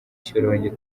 shyorongi